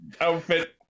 outfit